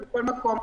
מכל מקום,